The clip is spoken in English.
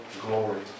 glory